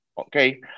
okay